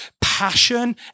passion